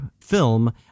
film